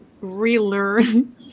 relearn